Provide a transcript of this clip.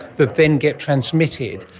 that then gets transmitted.